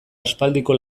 aspaldiko